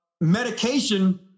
medication